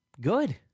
good